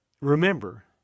remember